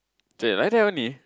chey like that only